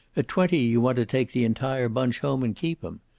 at twenty you want to take the entire bunch home and keep em.